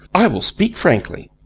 i will speak frankly.